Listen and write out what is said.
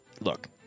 look